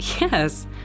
Yes